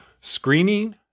Screening